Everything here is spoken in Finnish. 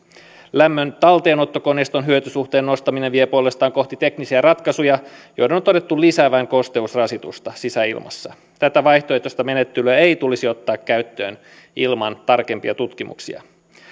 lämmöntalteenottokoneiston hyötysuhteen nostaminen vie puolestaan kohti teknisiä ratkaisuja joiden on todettu lisäävän kosteusrasitusta sisäilmassa tätä vaihtoehtoista menettelyä ei tulisi ottaa käyttöön ilman tarkempia tutkimuksia